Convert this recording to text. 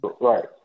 Right